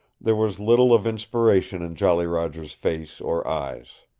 there was little of inspiration in jolly roger's face or eyes.